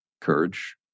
Courage